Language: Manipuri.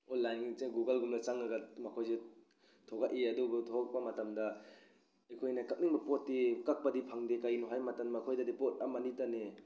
ꯑꯣꯟꯂꯥꯏꯟꯁꯦ ꯒꯨꯒꯜꯒꯨꯝꯅ ꯆꯪꯂꯒ ꯃꯈꯣꯏꯁꯤ ꯊꯣꯛꯂꯛꯏ ꯑꯗꯨꯕꯨ ꯊꯣꯛꯂꯛꯄ ꯃꯇꯝꯗ ꯑꯩꯈꯣꯏꯅ ꯀꯛꯅꯤꯡꯕ ꯄꯣꯠꯇꯤ ꯀꯛꯄꯗꯤ ꯐꯪꯗꯦ ꯀꯔꯤꯒꯤꯅꯣ ꯍꯥꯏꯕ ꯃꯇꯝꯗ ꯃꯈꯣꯏꯗꯗꯤ ꯄꯣꯠ ꯑꯃ ꯑꯅꯤꯇꯅꯤ